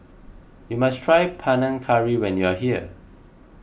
you must try Panang Curry when you are here